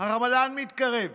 הרמדאן מתקרב,